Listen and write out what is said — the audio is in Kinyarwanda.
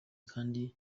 kandi